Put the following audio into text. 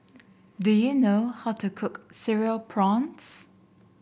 do you know how to cook Cereal Prawns